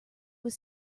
was